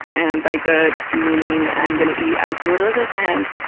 and by good, meaning, i'm gonna eat as little as i can,